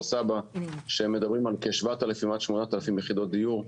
סבא שמדברות על 8,000-7,000 יחידות דיור,